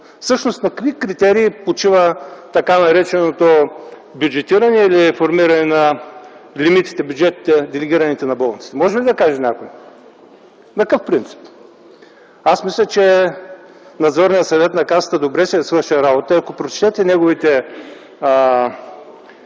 Всъщност на какви критерии почива така нареченото бюджетиране или формиране на лимитите на делегираните бюджети на болниците? Може ли да каже някой? На какъв принцип? Аз мисля, че Надзорният съвет на Касата добре си е свършил работата. Ако прочетете неговите